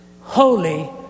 Holy